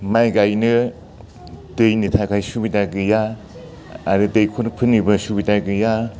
माइ गायनो दैनि थाखाय सुबिदा गैया आरो दैखरफोरनिबो सुबिदा गैया